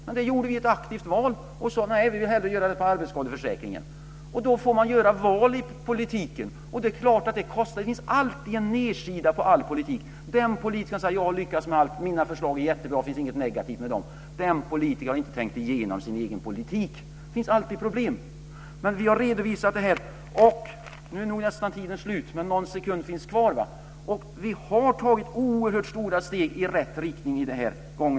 Men där gjorde vi ett aktiv val, och sådana är vi. Vi vill hellre satsa på arbetsskadeförsäkringen. Då får man göra val i politiken. Det är klart att det kostar. Det finns alltid en baksida av all politik. Den politiker som kan säga att han lyckas med allt, att hans förslag är jättebra och att det inte finns något negativt med dem, den politikern har inte tänkt igenom sin egen politik. Det finns alltid problem. Men vi har redovisat detta, och vi har tagit oerhört stora steg i rätt riktning denna gång.